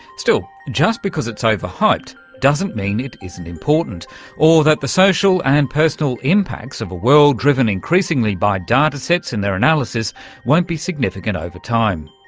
still, just because it's overhyped doesn't mean it isn't important or that the social and personal impacts of a world driven increasingly by datasets and their analysis won't be significant over time.